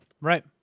Right